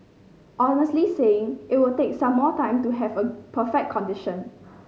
honestly saying it will take some more time to have a perfect condition